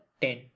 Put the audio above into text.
ten